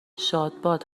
شادباد